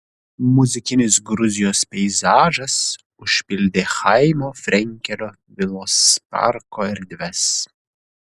muzikinis gruzijos peizažas užpildė chaimo frenkelio vilos parko erdves